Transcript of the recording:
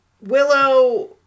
Willow